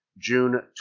June